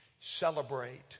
celebrate